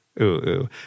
ooh-ooh